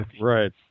Right